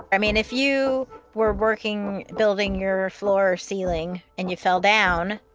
i mean, if you were working, building your floor or ceiling and you fell down,